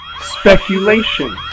Speculation